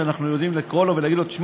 שאנחנו יודעים לקרוא לו ולהגיד לו: תשמע,